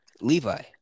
Levi